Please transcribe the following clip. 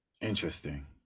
Interesting